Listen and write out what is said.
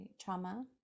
trauma